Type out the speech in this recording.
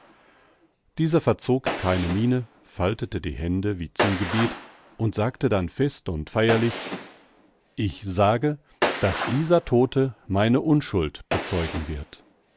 dieser verzog keine miene faltete die hände wie zum gebet und sagte dann fest und feierlich ich sage daß dieser todte meine unschuld bezeugen wird